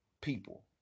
people